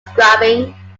scrubbing